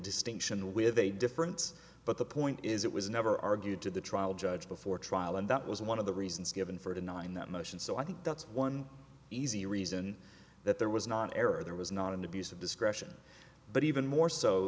distinction with a difference but the point is it was never argued to the trial judge before trial and that was one of the reasons given for denying that motion so i think that's one easy reason that there was not an error there was not an abuse of discretion but even more so